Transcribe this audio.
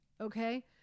Okay